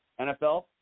NFL